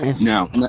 Now